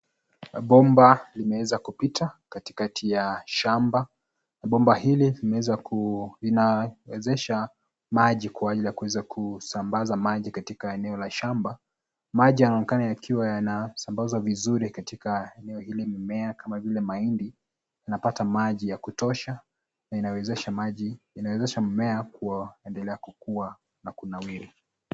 Bomba limeweza kupita katikati ya shamba. Bomba hili linawezesha maji kuweza kusambaza maji katika eneo la shamba. Maji yanaonekana yakiwa yanasambazwa vizuri eneo hili. Mimea kama vile mahindi inapata maji ya kutosha na inawezesha mimea kuendelea kukua na kuendelea kunawiri.